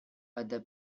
other